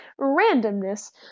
randomness